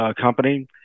company